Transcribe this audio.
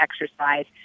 exercise